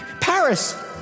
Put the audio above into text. Paris